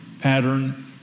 pattern